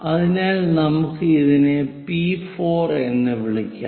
അതിനാൽ നമുക്ക് ഇതിനെ പി 4 എന്ന് വിളിക്കാം